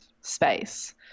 space